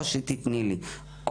או שתתני לי.